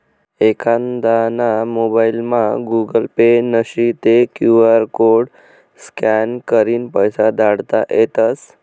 एखांदाना मोबाइलमा Google Pay नशी ते क्यु आर कोड स्कॅन करीन पैसा धाडता येतस